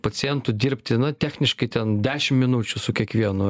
pacient dirbti techniškai ten dešim minučių su kiekvienu